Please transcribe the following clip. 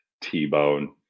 T-bone